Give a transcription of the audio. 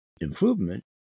improvement